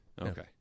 okay